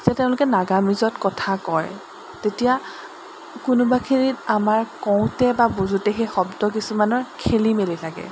যে তেওঁলোকে নাগামিজত কথা কয় তেতিয়া কোনোবাখিনিত আমাৰ কওঁতে বা বুজোঁতে সেই শব্দ কিছুমানৰ খেলি মেলি থাকে